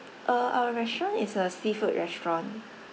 uh our restaurant is a seafood restaurant